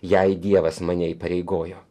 jei dievas mane įpareigojo